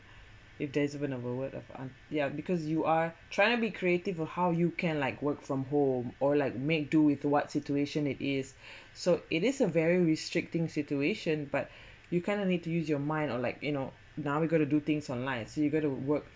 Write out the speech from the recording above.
if there is even a word of uh yeah because you are trying to be creative ah how you can like work from home or like make do with what situation it is so it is a very restricting situation but you kind of need to use your mind or like you know now we going to do things online as eager to work